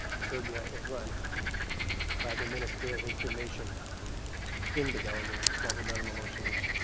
serbia is run by the minister of information in the government of slobodan milosevic,